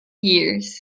years